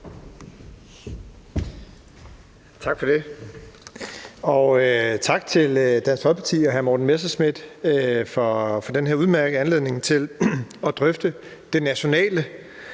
Tak for det. Og tak til Dansk Folkeparti og hr. Morten Messerschmidt for den her udmærkede anledning til at drøfte det nationale.